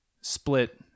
split